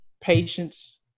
patience